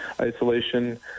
isolation